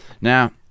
Now